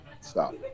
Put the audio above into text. Stop